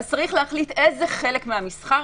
יש להחליט איזה חלק מהמסחר